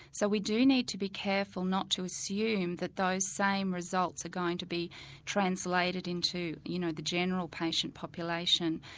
so we do need to be careful not to assume that those same results are going to be translated into you know the general patient population.